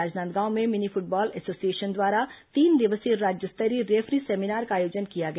राजनांदगांव में mini football association द्वारा तीन दिवसीय राज्य स्तरीय रेफरी सेमिनार का आयोजन किया गया